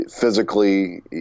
physically